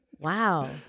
Wow